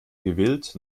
gewillt